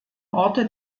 orte